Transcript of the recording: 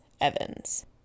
Evans